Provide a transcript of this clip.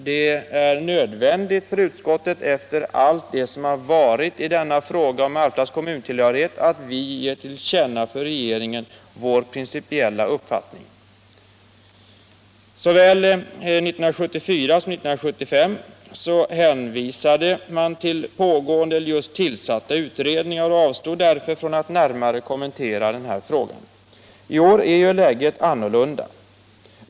Det är nödvändigt för utskottet efter allt det som har varit i frågan om Alftas kommuntillhörighet att vi ger till känna för regeringen vår principiella uppfattning. Såväl 1974 som 1975 hänvisade utskottet till pågående eller just tillsatta utredningar och avstod därför från att närmare kommentera frågan. I år är läget annorlunda.